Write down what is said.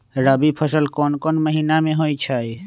रबी फसल कोंन कोंन महिना में होइ छइ?